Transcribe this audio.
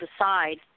decide